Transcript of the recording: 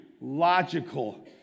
logical